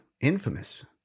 infamous